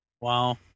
Wow